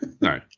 No